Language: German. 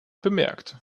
bemerkt